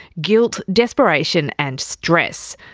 guilt, desperation and stress.